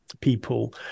people